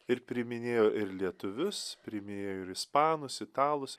ir priiminėjo ir lietuvius priiminėjo ir ispanus italus